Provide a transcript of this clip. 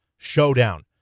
Showdown